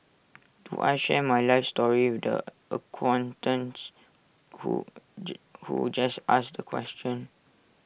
do I share my life story with the acquaintance who who just asked the question